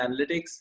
Analytics